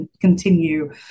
continue